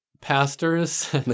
pastors